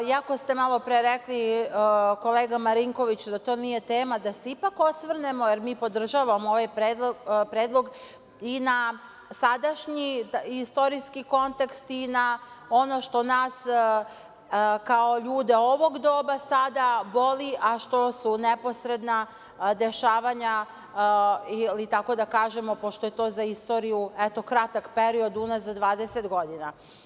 Iako ste malo pre rekli, kolega Marinković da to nije tema, da se ipak osvrnemo, jer mi podržavamo ovaj predlog i na sadašnji istorijski kontekst i na ono što nas kao ljude ovog doba sada boli, a što su neposredna dešavanja ili kako da kažemo, pošto je to za istoriju, eto kratak period, unazad 20 godina.